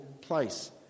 place